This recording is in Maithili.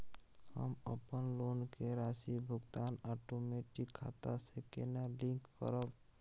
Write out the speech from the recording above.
हम अपन लोन के राशि भुगतान ओटोमेटिक खाता से केना लिंक करब?